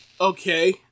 Okay